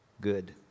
good